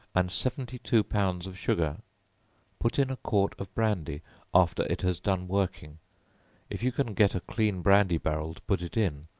and seventy-two pounds of sugar put in a quart of brandy after it has done working if you can get a clean brandy barrel to put it in,